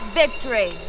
victory